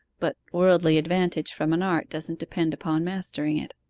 but worldly advantage from an art doesn't depend upon mastering it.